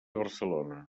barcelona